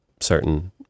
certain